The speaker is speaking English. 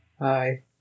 Hi